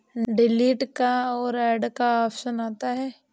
delete का और add का ऑप्शन आता है